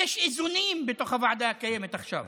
יש איזונים בתוך הוועדה הקיימת עכשיו,